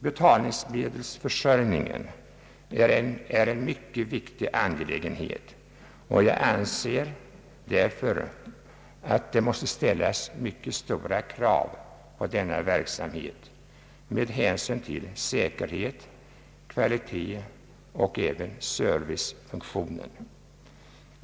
Betalningsmedelsförsörjningen är en mycket viktig angelägenhet, och jag anser därför att det måste ställas mycket stora krav på denna verksamhet med hänsyn till säkerhet, kvalitet och även till servicefunktionen.